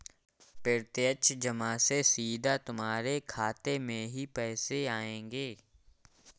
प्रत्यक्ष जमा से सीधा तुम्हारे खाते में ही पैसे आएंगे